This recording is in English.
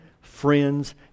friends